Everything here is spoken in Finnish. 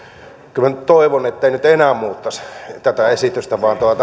kyllä minä nyt toivon ettei enää muuttaisi vaan